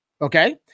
Okay